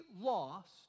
lost